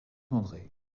andré